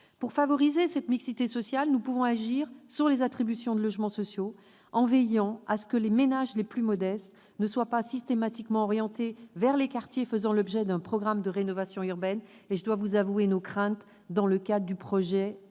Pour favoriser cette mixité sociale, nous pouvons agir sur les attributions de logements sociaux, en veillant à ce que les ménages les plus modestes ne soient pas systématiquement orientés vers les quartiers faisant l'objet d'un programme de rénovation urbaine. À ce sujet, je dois vous l'avouer, nous craignons que, dans le cadre du projet « Un